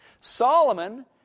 Solomon